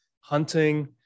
hunting